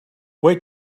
wait